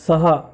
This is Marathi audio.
सहा